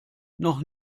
noch